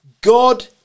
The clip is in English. God